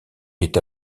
est